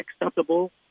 acceptable